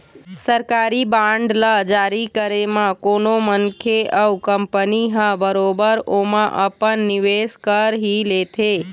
सरकारी बांड ल जारी करे म कोनो मनखे अउ कंपनी ह बरोबर ओमा अपन निवेस कर ही लेथे